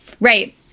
Right